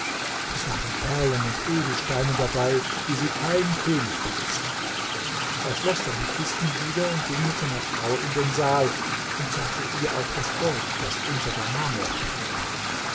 es waren perlen und edelsteine dabei wie sie kein könig besitzt er schloß dann die kisten wieder und ging mit seiner frau in den saal und zeigte ihr auch das gold das unter der marmorplatte war